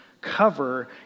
cover